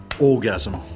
orgasm